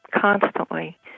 constantly